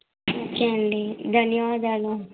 okay అండి ధన్యవాదాలు